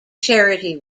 charity